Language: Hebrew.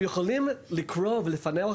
הם יכולים לקרוא ולפענח,